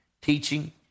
teaching